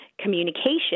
communication